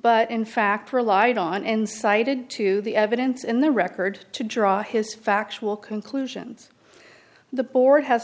but in fact relied on incited to the evidence in the record to draw his factual conclusions the board has